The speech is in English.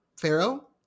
pharaoh